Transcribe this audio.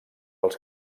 els